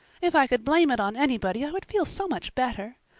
if i could blame it on anybody i would feel so much better.